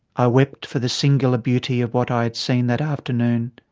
i wept for the singular beauty of what i had seen that afternoon,